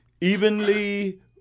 evenly